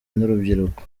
n’urubyiruko